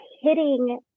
hitting